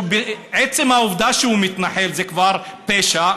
שעצם העובדה שהוא מתנחל זה כבר פשע,